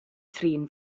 thrin